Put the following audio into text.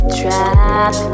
trap